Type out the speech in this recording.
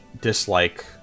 dislike